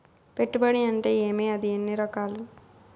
పెట్టుబడి అంటే ఏమి అది ఎన్ని రకాలు